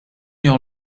your